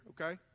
okay